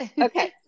Okay